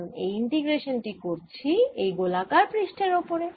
কারণ এই ইন্টিগ্রেশান টি করছি এই গোলাকার পৃষ্ঠের ওপরে